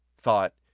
thought